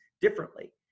differently